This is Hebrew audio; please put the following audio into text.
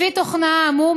לפי תוכנה העמום,